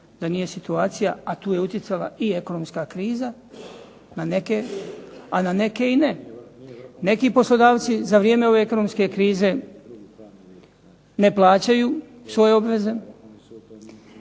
da nije situacija a tu je utjecala i ekonomska kriza a na neke i ne. Neki poslodavci za vrijeme ove ekonomske krize ne plaćaju svoje obveze,